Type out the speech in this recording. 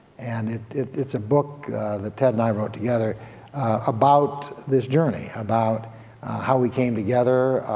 and it's a book that ted and i wrote together about this journey. about how we came together.